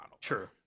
true